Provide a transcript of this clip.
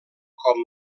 com